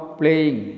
playing